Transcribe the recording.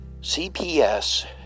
CPS